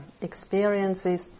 experiences